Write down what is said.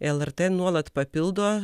lrt nuolat papildo